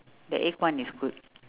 the egg one is good